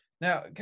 Now